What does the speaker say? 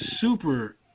super